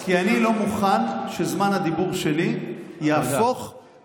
-- כי אני לא מוכן שזמן הדיבור שלי יהפוך -- תודה.